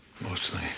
mostly